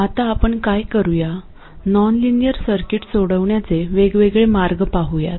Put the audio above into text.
आता आपण काय करूया नॉनलिनियर सर्किट्स सोडविण्याचे वेगवेगळे मार्ग पाहुयात